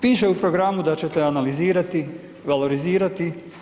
Piše u programu da ćete analizirati, valorizirati.